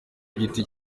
giti